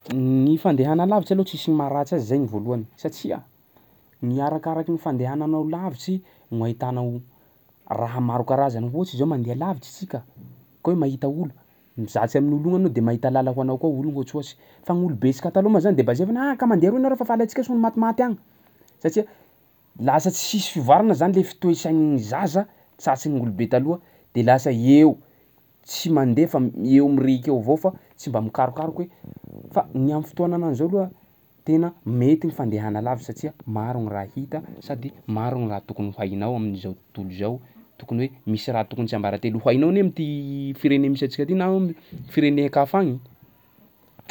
Ny fandehana lavitsy aloha tsisy maharatsy azy zay gny voalohany satsia ny arakaraky ny fandehananao lavitsy no ahitanao raha maro karazany. Ohatsy zao mandeha lavitsy tsika ka hoe mahita olo, mizatsy amin'olo igny anao de mahita làla ho anao koa olo io ohatsohatsy, fa gny olobentsika taloha moa zany de basevana hoe ah! ka mandeha aroy nareo fa faliantsika so ny matimaty agny satsia lasa tsisy fivoarana zany le f- toe-tsain'gny zaza tsatsy gn'olobe taloha de lasa eo tsy mandeha fa eo mirehiky eo avao fa tsy mba mikarokaroka hoe fa ny am'fotoanana zao aloha tena mety ny fanedahana lavitsy satsia maro gny raha hita sady maro gny raha tokony ho hainao am'zao tontolo zao, tokony hoe misy raha tokony ho tsiambaratelo ho hainao ne am'ty firene misy antsika ty na am'firenen-kafa agny.